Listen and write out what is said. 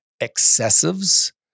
excessives